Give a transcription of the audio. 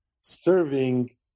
serving